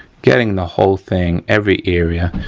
getting the whole thing, every area.